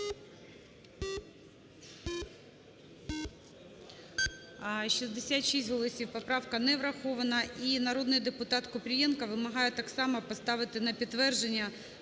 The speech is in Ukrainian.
За-66 Поправка не врахована. І народний депутат Купрієнко вимагає так само поставити на підтвердження